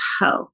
health